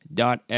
dot